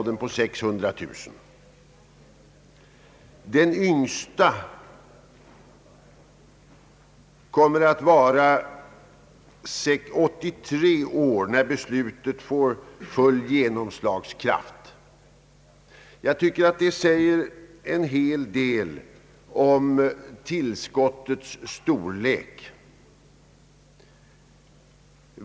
Den yngsta pensionären kommer att vara 83 år när beslutet får full genomslagskraft. Det säger en hel del om tillskottets storlek.